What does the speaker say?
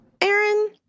Aaron